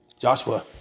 Joshua